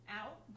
out